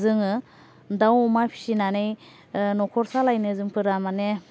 जोङो दाव अमा फिसिनानै न'खर सालायनो जोंफोरा माने